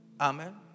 Amen